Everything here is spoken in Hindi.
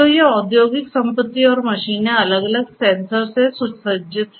तो ये औद्योगिक संपत्ति और मशीनें अलग अलग सेंसर से सुसज्जित हैं